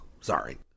sorry